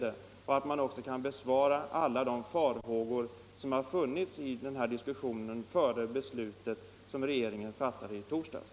Då hade många kunnat besparas de farhågor de hyser med anledning av regeringens beslut i torsdags.